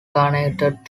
connected